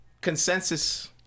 consensus